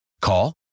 Call